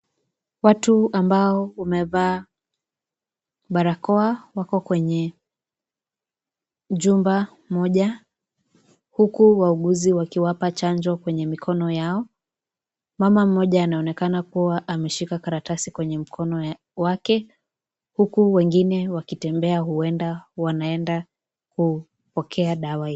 Watu ambao wamevaa barakoa wako kwenye chumba moja huku wauguzi wakiwapa chanjo kwenye mikono yao, mama mmoja anaonekana kuwa ameshika karatasi kwenye mkono wake huku wengine wakitembea huenda wanaenda kupokea dawa ingine.